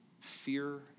fear